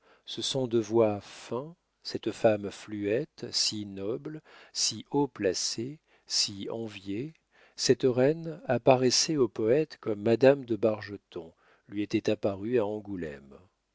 ce son de voix fin cette femme fluette si noble si haut placée si enviée cette reine apparaissait au poète comme madame de bargeton lui était apparue à angoulême